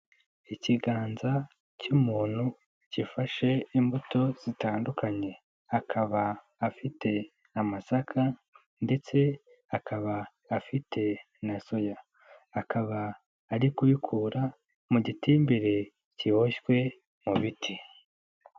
Ikiganza cy'umuntu gifashe imbuto zitandukanye, akaba afite amasaka ndetse akaba afite na soya, akaba ari kubikura mu gitimbiri kiboshywe mu biti.